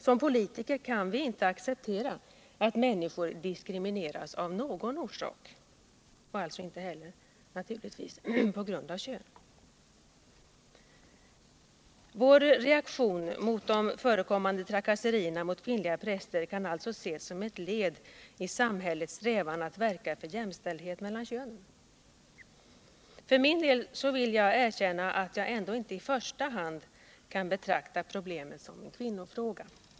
Som politiker kan vi inte acceptera att människor diskrimineras av någon orsak, alltså inte heller på grund av kön. Vår reaktion mot de förekommande trakasserierna mot kvinnliga präster kan alltså ses som ett led i samhällets strävan att verka för jämställdhet mellan könen. För min del vill jag erkänna att jag ändå inte i första hand betraktar problemet som en kvinnofråga.